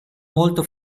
molto